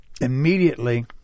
immediately